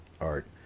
art